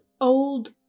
old